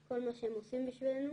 את כל מה שהם עושים בשבילנו